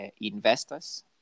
investors